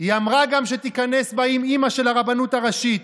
היא אמרה גם שתיכנס באימ-אימא של הרבנות הראשית.